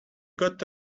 got